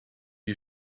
you